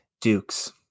Dukes